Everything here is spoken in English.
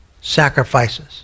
Sacrifices